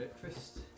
Breakfast